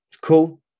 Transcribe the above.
cool